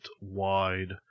wide